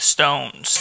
Stones